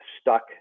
stuck